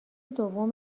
دوم